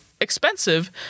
expensive